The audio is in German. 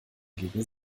gegen